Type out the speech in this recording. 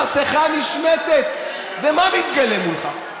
המסכה נשמטת, ומה מתגלה מולך?